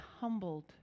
humbled